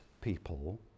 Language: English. people